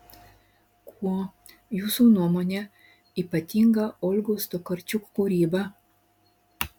kuo jūsų nuomone ypatinga olgos tokarčuk kūryba